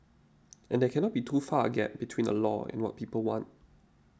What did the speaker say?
and there cannot be too far a gap between a law and what people want